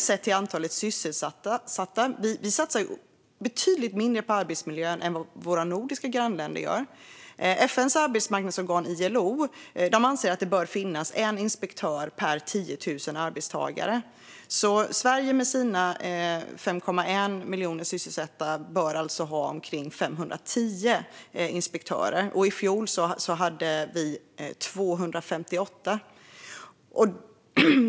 Sett till antalet sysselsatta satsar vi i Sverige betydligt mindre på arbetsmiljön än våra nordiska grannländer gör. FN:s arbetsmarknadsorgan ILO anser att det bör finnas en inspektör per 10 000 arbetstagare. Sverige bör alltså med sina 5,1 miljoner sysselsatta ha omkring 510 arbetsmiljöinspektörer. I fjol hade vi 258.